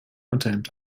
unterhemd